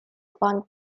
font